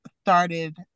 started